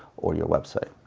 or your website,